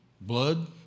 blood